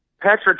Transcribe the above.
Patrick